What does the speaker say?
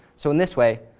so in this way,